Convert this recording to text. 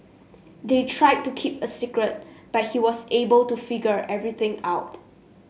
they tried to keep a secret but he was able to figure everything out